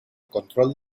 control